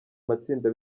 matsinda